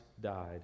died